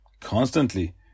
constantly